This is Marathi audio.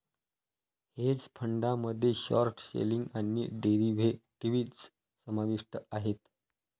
हेज फंडामध्ये शॉर्ट सेलिंग आणि डेरिव्हेटिव्ह्ज समाविष्ट आहेत